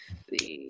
see